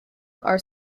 are